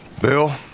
bill